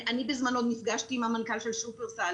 בזמנו נפגשתי עם המנכ"ל של שופרסל,